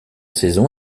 saison